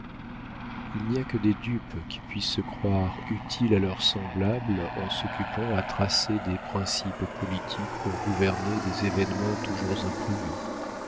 il n'y a que des dupes qui puissent se croire utiles à leurs semblables en s'occupant à tracer des principes politiques pour gouverner des événements toujours imprévus